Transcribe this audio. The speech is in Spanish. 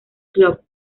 club